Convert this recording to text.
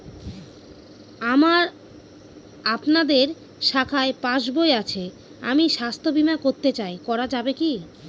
আমার আপনাদের শাখায় পাসবই আছে আমি স্বাস্থ্য বিমা করতে চাই করা যাবে কি?